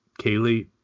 Kaylee